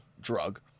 drug